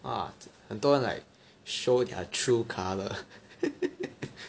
ah 很多人 like show their true color